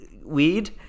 weed